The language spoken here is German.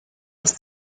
ist